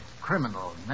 criminal